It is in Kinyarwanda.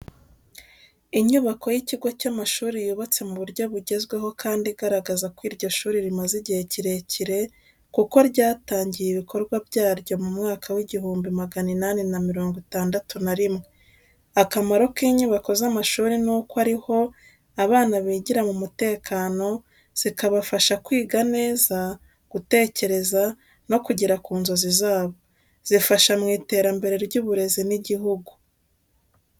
Inyubako y'ikigo cy'amashuri yubatse mu buryo bugezweho kandi igaragaza ko iryo shuri rimaze igihe kirekire kuko ryatangiye ibikorwa byaryo mu mwaka w'igihumbi magana inani na mirongo itandatu na rimwe. Akamaro k’inyubako z’amashuri ni uko ari ho abana bigira mu mutekano, zikabafasha kwiga neza, gutekereza, no kugera ku nzozi zabo. Zifasha mu iterambere ry'uburezi n’igihugu.